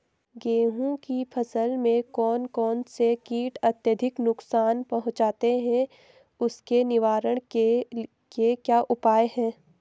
गेहूँ की फसल में कौन कौन से कीट अत्यधिक नुकसान पहुंचाते हैं उसके निवारण के क्या उपाय हैं?